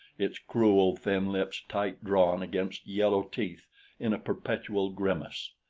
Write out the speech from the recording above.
its cruel, thin lips tight-drawn against yellow teeth in a perpetual grimace.